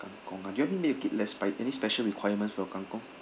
kangkong ah you want me make it less spi~ any special requirements for your kangkong